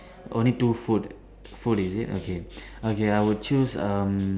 only two food food is it okay okay I'll choose um